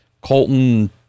colton